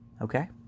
Okay